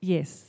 Yes